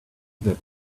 that